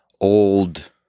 old